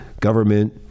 government